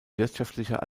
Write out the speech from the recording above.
wirtschaftlicher